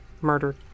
murdered